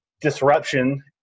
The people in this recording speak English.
disruption